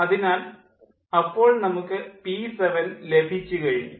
അതിനാൽ അപ്പോൾ നമുക്ക് പി 7 ലഭിച്ചു കഴിഞ്ഞു